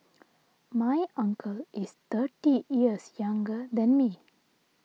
my uncle is thirty years younger than me